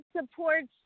supports